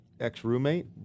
ex-roommate